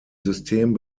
system